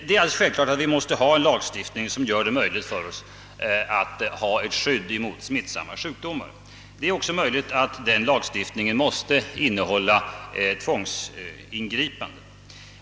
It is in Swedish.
Det är alldeles självklart att vi måste ha en lagstiftning som möjliggör för oss att ha ett skydd mot smittsamma sjukdomar. Det är också möjligt att en sådan «lagstiftning måste innehålla tvångsingripanden.